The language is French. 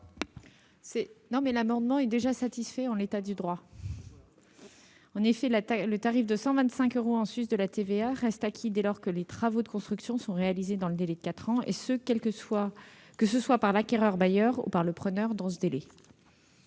? L'amendement est déjà satisfait en l'état du droit. En effet, le tarif de 125 euros en sus de la TVA reste acquis dès lors que les travaux de construction sont réalisés dans un délai de quatre ans, que ce soit par l'acquéreur-bailleur ou par le preneur.